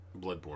Bloodborne